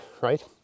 right